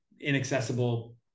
inaccessible